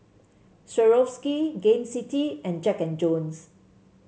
Swarovski Gain City and Jack And Jones